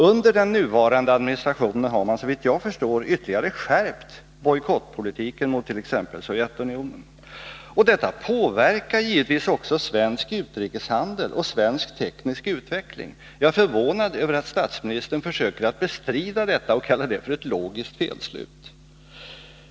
Under den nuvarande administrationen har man, såvitt jag förstår, ytterligare skärpt bojkottpolitiken mot t.ex. Sovjetunionen. Detta påverkar givetvis också svensk utrikeshandel och svensk teknisk utveckling. Jag är förvånad över att statsministern försöker bestrida detta och kallar det ett logiskt felslut.